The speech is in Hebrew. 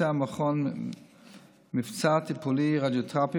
כיום מבצע המכון טיפולי רדיותרפיה